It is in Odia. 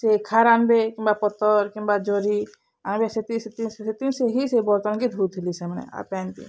ସେ ଖାର୍ ଆନ୍ବେ କିମ୍ବା ପତର୍ କିମ୍ବା ଜରି ଆନ୍ବେ ସେତି ସେଥି ସେଥି ହିଁ ସେ ବର୍ତ୍ତନକେ ଧୁଉଥିଲେ ସେମାନେ ଆଉ ପାଏନ୍କେ